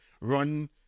run